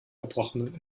erbrochenen